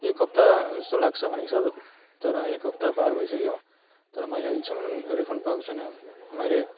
एक हप्ता जस्तो लाग्छ भनेको छ तर एक हप्ता पार भइसक्यो तर मैले अहिलेसम्म रिफन्ड पाएको छुइनँ मैले